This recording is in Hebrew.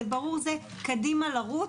קדימה לרוץ.